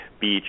beach